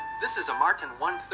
this is a martin one